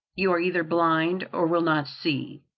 you are either blind or will not see.